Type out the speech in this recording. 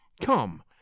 Come